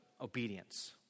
obedience